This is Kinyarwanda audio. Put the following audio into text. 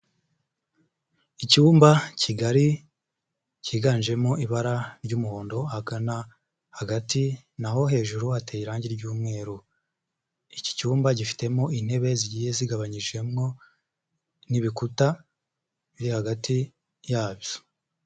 Icyumba kigari, cyiganjemo ibara ry'umuhondo, ahagana hagati, naho hejuru hateye irangi ry'umweru, iki cyumba gifitemo intebe zigiye zigabanyijwemo n'ibikuta biri hagati yacu.